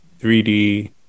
3D